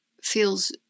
feels